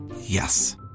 Yes